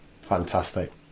fantastic